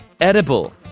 Edible